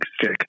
sick